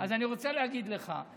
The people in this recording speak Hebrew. אז אני רוצה להגיד לך,